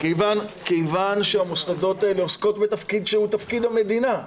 כיוון שהמוסדות האלה עוסקים בתפקיד שהוא תפקיד המדינה,